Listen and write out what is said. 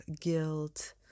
guilt